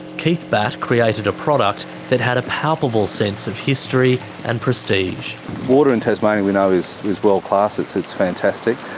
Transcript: keith batt created a product that had a palpable sense of history and prestige. the water in tasmania we know is is world class, it's it's fantastic.